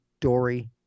Dory